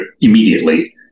immediately